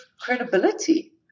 credibility